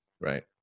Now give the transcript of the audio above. Right